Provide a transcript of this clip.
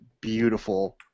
beautiful